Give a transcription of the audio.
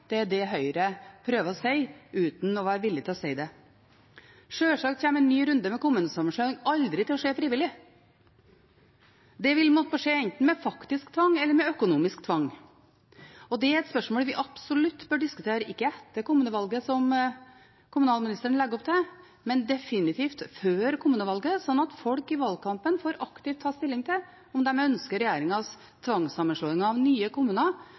det er det Høyre prøver å si uten å være villig til å si det. Sjølsagt kommer en ny runde med kommunesammenslåing aldri til å skje frivillig. Det vil måtte skje enten med faktisk tvang eller med økonomisk tvang. Det er et spørsmål vi absolutt bør diskutere – ikke etter kommunevalget, som kommunalministeren legger opp til, men definitivt før kommunevalget, så folk i valgkampen aktivt får ta stilling til om de ønsker regjeringens tvangssammenslåing av nye kommuner